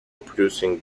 producing